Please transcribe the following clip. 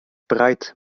breit